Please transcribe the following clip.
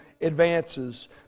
advances